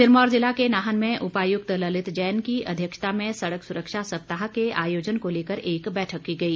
सिरमौर ज़िला के नाहन में उपायुक्त ललित जैन की अध्यक्षता में सड़क सुरक्षा सप्ताह के आयोजन को लेकर एक बैठक की गई